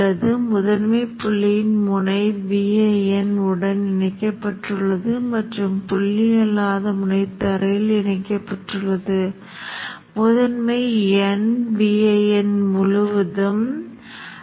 இப்போது நான் உருவகப்படுத்துதல் மூடுவதற்கு முன் மேலும் ஒரு விஷயத்தைக் காட்ட விரும்புகிறேன் அதாவது நீங்கள் மீண்டும் மீண்டும் சில மாற்றங்களைச் செய்து பல்வேறு புள்ளிகளில் அலைவடிவத்தைச் சரிபார்க்க விரும்பினால் நீங்கள் நீண்ட நேரம் காத்திருக்க விரும்பவில்லை என்றால் பின்னர் அனைத்து உருவகப்படுத்துதலும் இயங்கும் வரை காத்திருக்கவும்